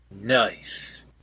Nice